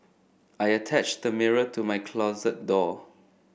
I attached the mirror to my closet door